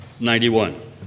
91